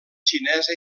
xinesa